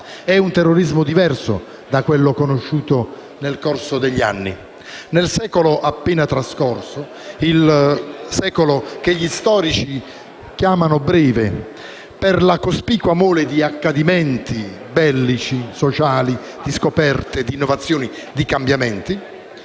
di un terrorismo diverso da quello conosciuto nel corso degli anni. Nel secolo appena trascorso (che gli storici chiamano breve per la cospicua mole di accadimenti bellici e sociali e per le scoperte, le innovazioni e i cambiamenti)